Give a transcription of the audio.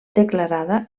declarada